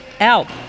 out